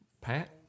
Pat